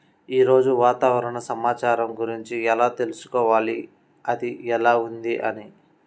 ఈరోజు వాతావరణ సమాచారం గురించి ఎలా తెలుసుకోవాలి అది ఎలా ఉంది అని?